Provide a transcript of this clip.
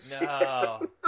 No